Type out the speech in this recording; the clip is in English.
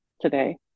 today